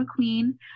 McQueen